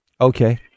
Okay